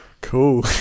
cool